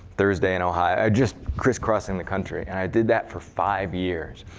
thursday in ohio, just criss-crossing the country. and i did that for five years.